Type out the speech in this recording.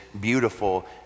beautiful